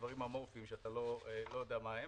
דברים אמורפיים שאתה לא יודע מה הם,